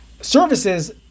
services